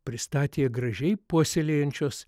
pristatė gražiai puoselėjančios